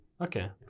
okay